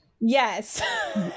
yes